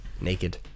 naked